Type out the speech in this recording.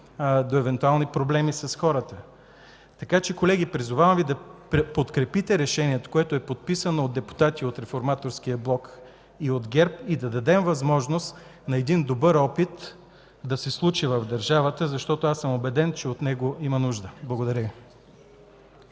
до евентуални проблеми с хората. Колеги, призовавам Ви да подкрепите решението, което е подписано от депутати от Реформаторския блок и ГЕРБ, и да дадем възможност на един добър опит да се случи в държавата, защото аз съм убеден, че от него има нужда. Благодаря Ви.